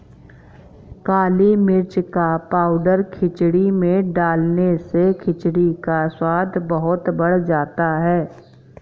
काली मिर्च का पाउडर खिचड़ी में डालने से खिचड़ी का स्वाद बहुत बढ़ जाता है